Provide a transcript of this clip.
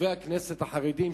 חברי הכנסת החרדים,